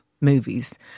movies